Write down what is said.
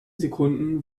sekunden